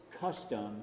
custom